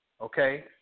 Okay